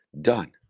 done